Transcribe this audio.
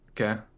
okay